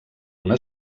una